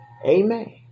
Amen